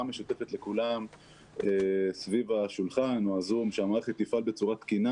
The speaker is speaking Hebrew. משותפת לכולם סביב השולחן או הזום שהמערכת תפעל בצורה תקינה